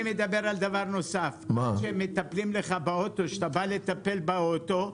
כשאתה בא לטפל באוטו,